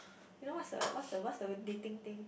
you know what's the what's the what's the dating thing